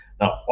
Now